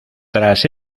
tras